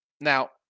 Now